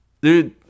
Dude